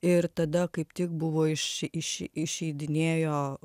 ir tada kaip tik buvo iš iš išeidinėjo